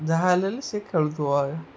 ଯାହା ହେଲେ ହେଲେ ସେ ଖେଳୁଥିବ